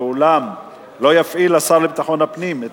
ואולם לא יפעיל השר לביטחון הפנים את